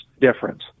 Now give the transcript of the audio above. difference